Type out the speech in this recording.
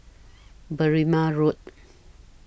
Berrima Road